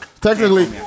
Technically